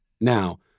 Now